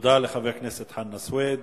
תודה לחבר הכנסת חנא סוייד.